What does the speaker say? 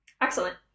Excellent